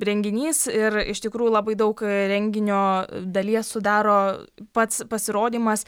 renginys ir iš tikrųjų labai daug renginio dalies sudaro pats pasirodymas